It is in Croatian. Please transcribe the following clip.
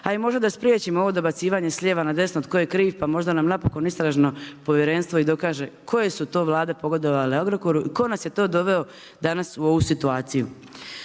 a možda da spriječimo ovo dobacivanje s lijeva na desno tko je kriv pa možda nam napokon istražno povjerenstvo i dokaže koje su to vlade pogodovale Agrokoru i tko nas je to doveo danas u ovu situaciju.